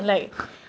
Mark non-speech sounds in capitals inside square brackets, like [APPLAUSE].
[LAUGHS]